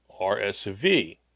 RSV